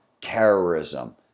terrorism